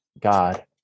God